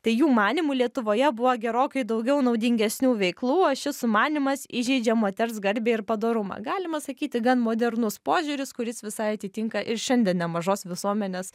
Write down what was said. tai jų manymu lietuvoje buvo gerokai daugiau naudingesnių veiklų o šis sumanymas įžeidžia moters garbę ir padorumą galima sakyti gan modernus požiūris kuris visai atitinka ir šiandien nemažos visuomenės